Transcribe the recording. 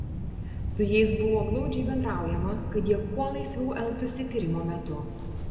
su jais buvo glaudžiai bendraujama kad jie kuo laisviau elgtųsi tyrimo metu